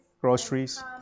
Groceries